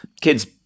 Kids